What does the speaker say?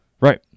Right